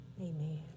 amen